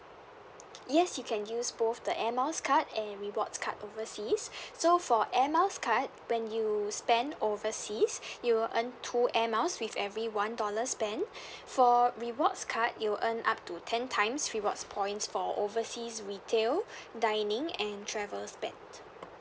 yes you can use both the air miles card and rewards card overseas so for air miles card when you spend overseas you'll earn two air miles with every one dollar spent for rewards card you'll earn up to ten times rewards points for overseas retail dining and travels spent